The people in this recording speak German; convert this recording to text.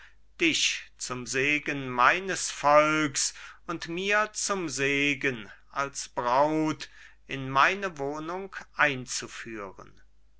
dich zum segen meines volks und mir zum segen als braut in meine wohnung einzuführen